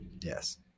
Yes